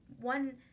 One